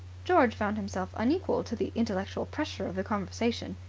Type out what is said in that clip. george found himself unequal to the intellectual pressure of the conversation.